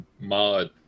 mod